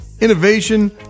innovation